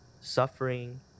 suffering